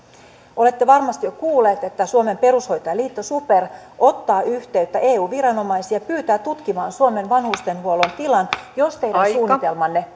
olette varmasti jo kuullut että suomen perushoitajaliitto super ottaa yhteyttä eu viranomaisiin ja pyytää tutkimaan suomen vanhustenhuollon tilan jos teidän suunnitelmanne